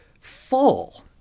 full